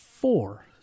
Four